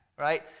Right